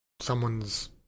someone's